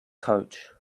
coach